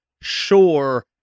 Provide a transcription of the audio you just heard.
Sure